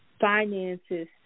finances